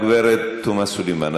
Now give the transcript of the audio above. הגברת תומא סלימאן,